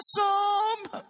awesome